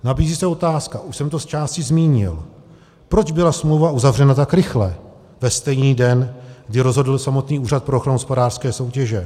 Nabízí se otázka už jsem to zčásti zmínil proč byla smlouva uzavřena tak rychle, ve stejný den, kdy rozhodl samotný Úřad pro ochranu hospodářské soutěže.